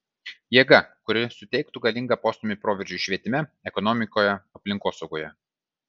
jėga kuri suteiktų galingą postūmį proveržiui švietime ekonomikoje aplinkosaugoje